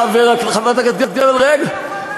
חבר הכנסת גרמן, רגע.